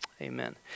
amen